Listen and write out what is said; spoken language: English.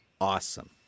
awesome